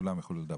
וכולם יוכלו לדבר.